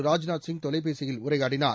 ராஜ்நாத்சிங் தொலைபேசியில் உரையாடினார்